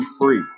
free